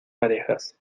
parejas